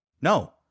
No